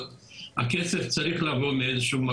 שגורמת נכויות שמביאות את החולה לכיסא גלגלים תוך בין עשר ל-25-20